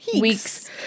Weeks